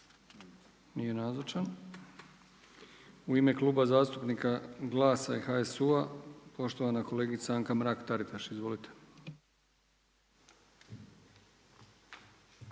Nije nazočan. U ime Kluba zastupnika GLAS-a i HSU-a, poštovana kolegica Anka Mrak-Taritaš. Izvolite.